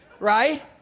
right